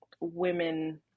women